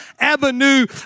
avenue